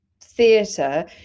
theatre